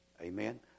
Amen